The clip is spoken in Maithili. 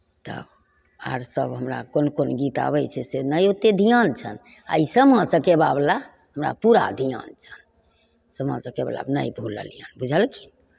तब आओर सब हमरा कोन कोन गीत आबै छै से नहि ओतेक धिआन छनि आओर ई सामा चकेबावला हमरा पूरा धिआन छनि सामा चकेबावला नहि भुललिअनि बुझलखिन